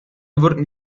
wurden